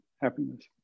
happiness